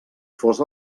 fos